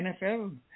NFL